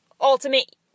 ultimate